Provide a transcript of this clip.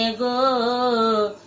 go